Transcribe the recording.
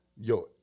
yo